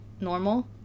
normal